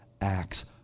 acts